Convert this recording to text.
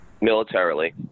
militarily